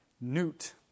newt